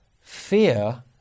Fear